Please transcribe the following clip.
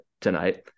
tonight